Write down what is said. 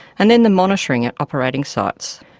and then the monitoring at operating sites.